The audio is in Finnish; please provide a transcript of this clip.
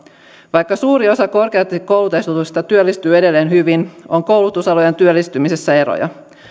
vaikka suuri osa korkeasti koulutetuista työllistyy edelleen hyvin on koulutusalojen työllistymisessä eroja